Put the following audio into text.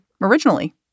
originally